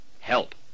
Help